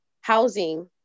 housing